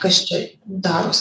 kas čia daros